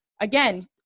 again